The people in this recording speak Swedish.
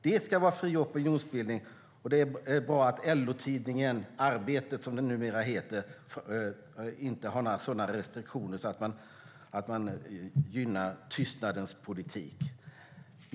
Det ska vara fri opinionsbildning, och det är bra att LO-tidningen Arbetet - som den numera heter - inte har sådana restriktioner som gynnar tystnadens politik.